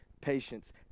patience